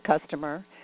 customer